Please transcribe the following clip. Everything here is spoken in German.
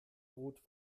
rot